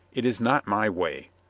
it is not my way.